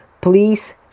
please